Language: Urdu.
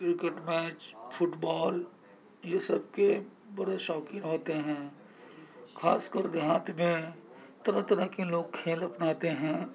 کرکٹ میچ فٹ بال یہ سب کے بڑے شوقین ہوتے ہیں خاص کر دیہات میں طرح طرح کے لوگ کھیل اپناتے ہیں